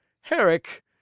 Herrick